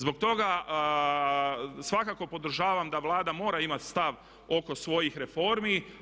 Zbog toga svakako podržavam da Vlada mora imati stav oko svojih reformi.